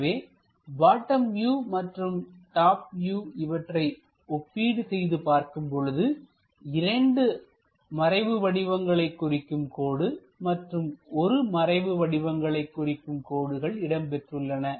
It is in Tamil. எனவே பாட்டன் வியூ மற்றும் டாப் வியூ இவற்றை ஒப்பீடு செய்து பார்க்கும் பொழுது 2 மறைவு வடிவங்களைக் குறிக்கும் கோடுகள் மற்றும் 1 மறைவு வடிவங்களைக் குறிக்கும் கோடுகள் இடம்பெற்றுள்ளன